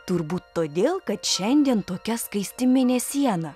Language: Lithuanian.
turbūt todėl kad šiandien tokia skaisti mėnesiena